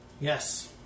Yes